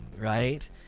right